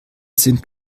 sind